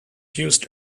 used